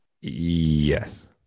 yes